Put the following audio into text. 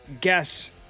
Guess